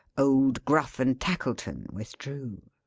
old gruff and tackleton withdrew.